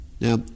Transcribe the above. Now